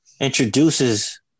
introduces